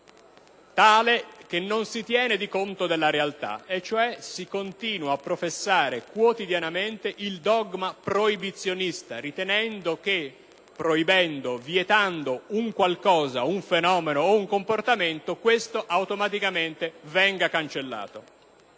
modo che non teneva conto della realtà. Si continua, cioè, a professare quotidianamente il dogma proibizionista, ritenendo che proibendo o vietando un qualcosa, un fenomeno o un comportamento, questo automaticamente venga cancellato.